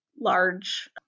large